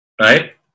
right